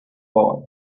boy